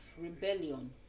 rebellion